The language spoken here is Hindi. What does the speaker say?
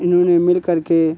इन्होंने मिलकर के